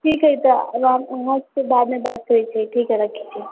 ठीक है तऽ आब हम अहाँसँ बादमे बात करै छी ठीक छै रखै छी